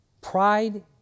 Pride